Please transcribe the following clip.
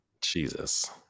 Jesus